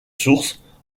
source